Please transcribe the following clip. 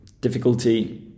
difficulty